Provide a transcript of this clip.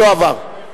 לא עברה.